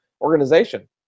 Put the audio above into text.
organization